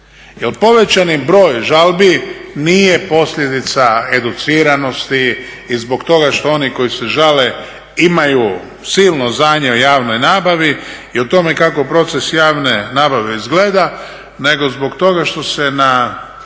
povećani broj žalbi nije posljedica educiranosti i zbog toga što oni koji se žale imaju silno znanje o javnoj nabavi i o tome kako proces javne nabave izgleda, nego zbog toga što se na